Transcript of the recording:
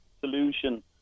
solution